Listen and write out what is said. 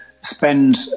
spend